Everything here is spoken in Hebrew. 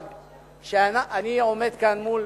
אבל אני עומד כאן מול